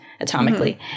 atomically